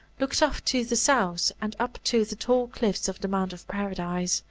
looked off to the south, and up to the tall cliffs of the mount of paradise,